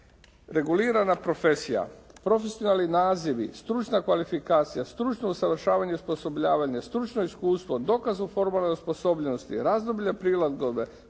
Regulirana profesija, profesionalni nazivi, stručna kvalifikacija, stručno usavršavanje i osposobljavanje, stručno iskustvo, dokaz o formalnoj osposobljenosti, razdoblje prilagodbe,